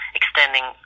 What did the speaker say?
extending